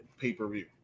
pay-per-view